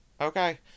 Okay